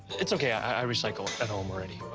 it's okay. i i i recycle at home already.